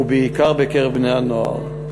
ובעיקר בקרב בני-הנוער.